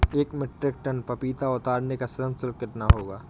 एक metric ton पपीता उतारने का श्रम शुल्क कितना होगा?